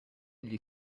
gli